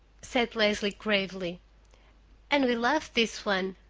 said leslie gravely and we love this one.